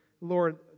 Lord